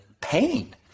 pain